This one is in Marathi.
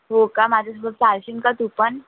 हो का माझ्यासोबत चालशील का तू पण